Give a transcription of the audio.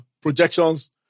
projections